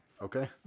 Okay